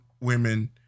women